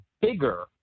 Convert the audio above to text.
bigger